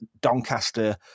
Doncaster